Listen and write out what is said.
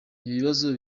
ikibazo